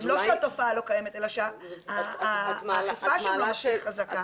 לא שהתופעה לא קיימת אלא שהאכיפה שם לא מספיק חזקה.